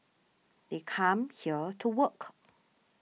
they come here to work